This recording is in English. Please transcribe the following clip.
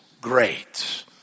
great